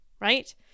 Right